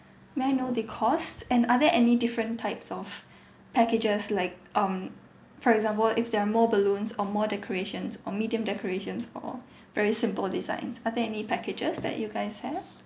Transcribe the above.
may I know the cost and other any different types of packages like um for example if they're more balloons or more decorations or medium decorations or very simple designs are there any packages that you guys have